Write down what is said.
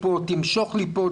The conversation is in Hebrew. תמשוך לי פה,